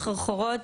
סחרחורות,